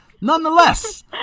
nonetheless